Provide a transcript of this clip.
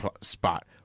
spot